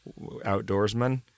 outdoorsman